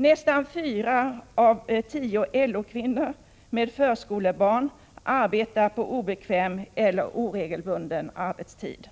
Nästan 4 av 10 LO-kvinnor med förskolebarn arbetar på obekväm eller oregelbunden arbetstid.